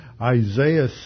Isaiah